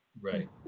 Right